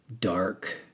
dark